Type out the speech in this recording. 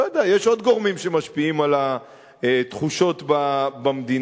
יש עוד גורמים שמשפיעים על התחושות במדינה,